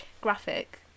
graphic